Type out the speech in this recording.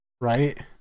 right